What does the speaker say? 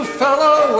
fellow